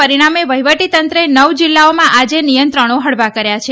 પરિણામે વહીવટીતંત્રે નવ જીલ્લાઓમાં આજે નિયંત્રણો હળવા કર્યા છે